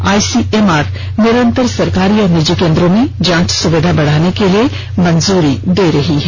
ICMR निरन्तर सरकारी और निजी केन्द्रों में जांच सुविधा बढाने के लिए मंजूरी दे रही है